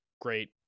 great